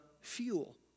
fuel